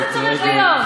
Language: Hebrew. זה פלילי,